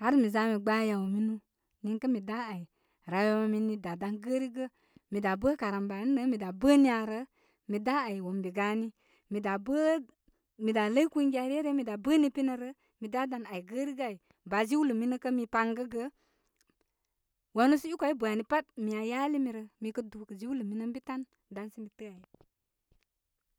Har mi za mi gbaa yaw minu. Niŋkə mi da ai. Rayuwa mini daa gə rigə gə' mi daa bə' karamboni, rāā mi daa bā niya rə. Mi daa ai watunmbi gani. Mi idaa bə, mi daa ləy kungiya ryə rə, mi daa bə' ni piya rə mi da dan ai gəri gə ai. Baajiwlə minə kə' mi pay gəgə. Wanu sə i kaw i bə' ani pat mi aa yalimirə mi kə' duu kə jiwlə minən bi tan dan sə mi təə ai.